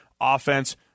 offense